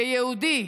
כיהודי,